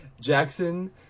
Jackson